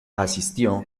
asistió